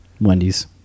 Wendy's